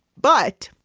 but,